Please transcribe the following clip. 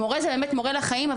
מורה זה מורה לחיים,